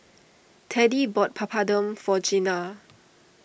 Teddie bought Papadum for Gina